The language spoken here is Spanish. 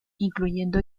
incluyendo